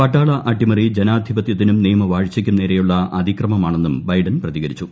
പട്ടാള അട്ടിമറി ജനാധിപത്യത്തിനും നിയമവാഴ്ചയ്ക്കും നേരെയുള്ള അതിക്രമമാണെന്നും ബൈഡൻ പ്രതികരിച്ചു